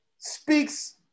Speaks